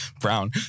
Brown